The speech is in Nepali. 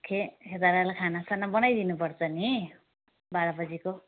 खे खेतालालाई खानासाना बनाइदिनुपर्छ नि बाह्र बजेको